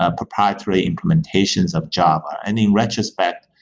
ah proprietary implementations of java. and in retrospect,